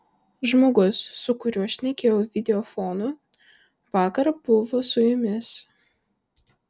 žmogus su kuriuo šnekėjau videofonu vakar buvo su jumis